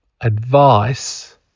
advice